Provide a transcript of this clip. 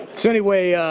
so anyway,